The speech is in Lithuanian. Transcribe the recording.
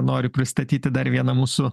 noriu pristatyti dar vieną mūsų